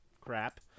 crap